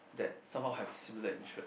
that somehow have similar interest